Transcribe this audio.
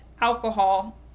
alcohol